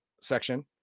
section